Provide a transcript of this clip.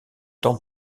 temps